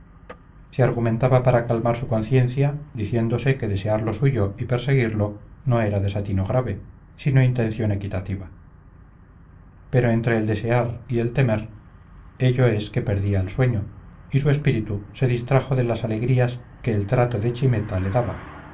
se argumentaba para calmar su conciencia diciéndose que desear lo suyo y perseguirlo no era desatino grave sino intención equitativa pero entre el desear y el temer ello es que perdía el sueño y su espíritu se distrajo de las alegrías que el trato de chimetale daba